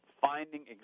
finding